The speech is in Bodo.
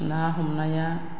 ना हमनाया